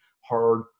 hard